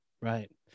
Right